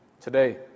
today